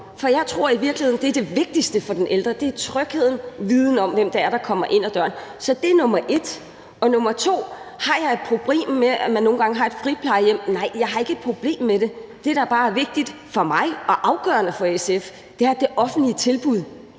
For jeg tror i virkeligheden, at det vigtigste for den ældre er trygheden, viden om, hvem der kommer ind ad døren. Så det er nr. 1. Nr. 2 er, om jeg har et problem med, at man nogle gange har et friplejehjem. Nej, jeg har ikke et problem med det, men det, der bare er vigtigt for mig og afgørende for SF, er, at det offentlige tilbud